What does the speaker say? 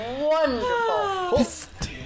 wonderful